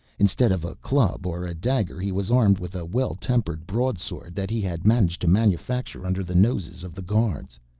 instead of a club or a dagger he was armed with a well tempered broadsword that he had managed to manufacture under the noses of the guards.